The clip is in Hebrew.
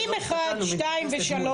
סעיפים קטנים (1), (2) ו-(3)